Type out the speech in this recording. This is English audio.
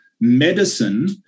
medicine